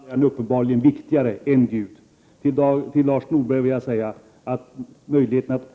Herr talman! Marx är ingen gud, men för Paul Lestander är han uppenbarligen viktigare än Gud.